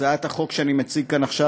הצעת החוק שאני מציג כאן עכשיו,